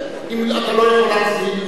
אם אתה לא יכול להאזין,